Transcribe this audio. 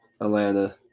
Atlanta